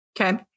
Okay